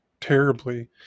terribly